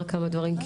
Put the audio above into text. לומר כמה דברים,